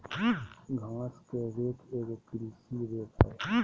घास के रेक एगो कृषि रेक हइ